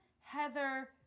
Heather